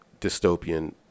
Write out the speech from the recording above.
dystopian